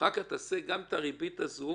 אחר כך תעשה גם את הריבית הזאת.